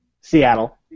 Seattle